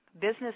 business